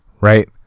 right